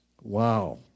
Wow